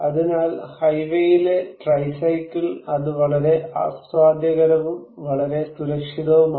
അതിനാൽ ഹൈവേയിലെ ട്രൈസൈക്കിൾ അത് വളരെ ആസ്വാദ്യകരവും വളരെ സുരക്ഷിതവുമാണ്